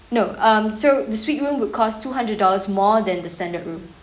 no um so the suite room would cost two hundred dollars more than the standard room